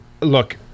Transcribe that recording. look